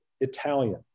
Italian